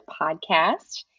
podcast